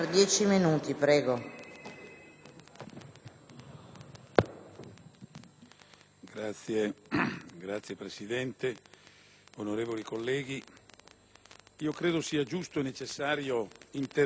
Signora Presidente, onorevoli colleghi, io credo sia giusto e necessario intervenire con un decreto-legge